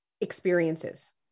experiences